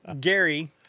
Gary